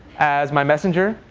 as my messenger,